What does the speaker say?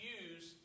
use